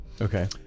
Okay